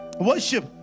Worship